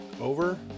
over